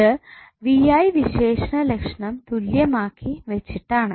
ഇത് vi വിശേഷലക്ഷണം തുല്യമാക്കി വെച്ചിട്ടാണ്